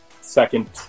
second